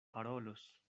parolos